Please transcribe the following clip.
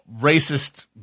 racist